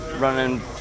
running